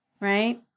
Right